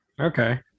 Okay